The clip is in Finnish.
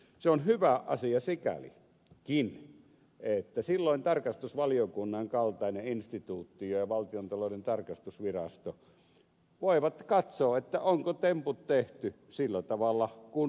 se on hyvä asia sikälikin että silloin tarkastusvaliokunnan kaltainen instituutio ja valtiontalouden tarkastusvirasto voivat katsoa onko temput tehty sillä tavalla kuin manuaalissa sanotaan